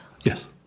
Yes